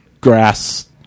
Grass